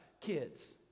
kids